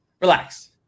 Relax